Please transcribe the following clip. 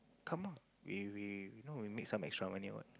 come ah we we make some extra money